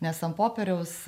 nes ant popieriaus